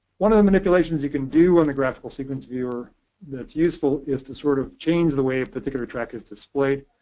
one of the manipulations you can do on the graphical sequence viewer that's useful is to sort of change the way a particular track is displayed.